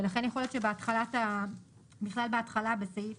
ולכן יכול להיות שבכלל בהתחלה בסעיף